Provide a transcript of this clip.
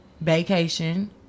vacation